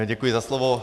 Děkuji za slovo.